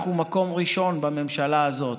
אנחנו במקום הראשון בממשלה הזאת.